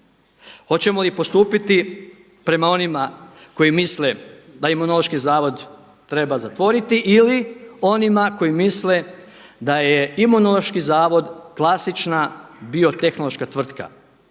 Hoćemo li postupiti prema onima koji misle da Imunološki zavod treba zatvoriti ili onima koji misle da je Imunološki zavod klasična biotehnološka tvrtka,